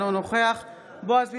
אינו נוכח בועז ביסמוט,